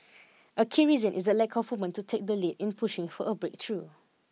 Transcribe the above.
a key reason is the lack of woman to take the lead in pushing for a breakthrough